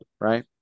right